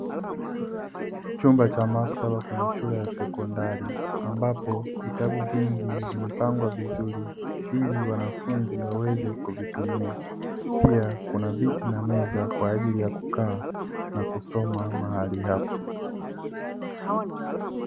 Chumba cha maktaba kwenye shule ya sekondari, ambapo vitabu vingi vimepangwa vizuri ili wanafunzi waweze kuvitumia. Pia kuna viti na meza kwa ajili ya kukaa na kusoma mahali hapo.